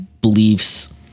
beliefs